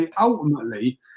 ultimately